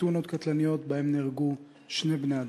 תאונות קטלניות שבהן נהרגו שני בני-אדם.